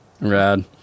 rad